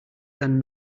then